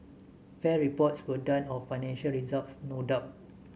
fair reports were done of financial results no doubt